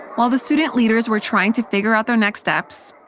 while the student leaders were trying to figure out their next steps,